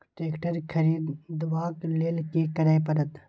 Tractor खरीदबाक लेल की करय परत?